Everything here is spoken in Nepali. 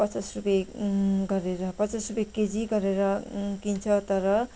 पचास रुपियाँ गरेर पचास रुपियाँ केजी गरेर किन्छ तर